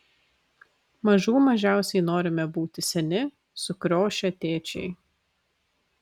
mažų mažiausiai norime būti seni sukriošę tėčiai